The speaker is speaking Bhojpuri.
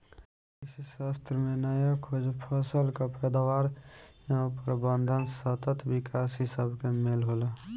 कृषिशास्त्र में नया खोज, फसल कअ पैदावार एवं प्रबंधन, सतत विकास इ सबके मेल होला